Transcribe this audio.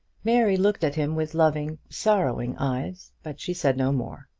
mary looked at him with loving, sorrowing eyes, but she said no more.